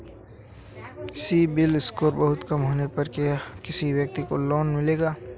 CIBIL score बहुत कम होने पर क्या किसी व्यक्ति को लोंन मिलेगा?